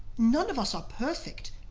none of us are perfect.